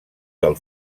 del